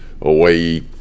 away